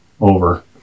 over